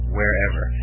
wherever